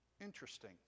Interesting